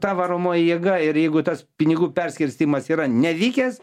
ta varomoji jėga ir jeigu tas pinigų perskirstymas yra nevykęs